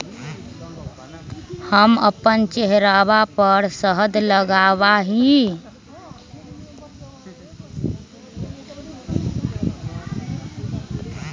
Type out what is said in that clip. हम अपन चेहरवा पर शहद लगावा ही